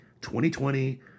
2020